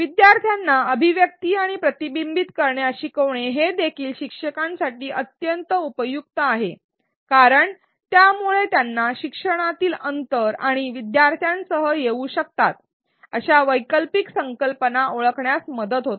शिकणाऱ्यांना अभिव्यक्ती आणि प्रतिबिंबित करण्यास शिकवणे हे देखील शिक्षकांसाठी अत्यंत उपयुक्त आहे कारण यामुळे विद्यार्थ्यांना शिक्षणातील अंतर आणि वैकल्पिक संकल्पना ओळखण्यास मदत होते